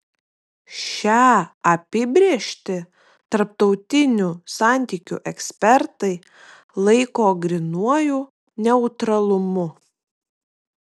šią apibrėžtį tarptautinių santykių ekspertai laiko grynuoju neutralumu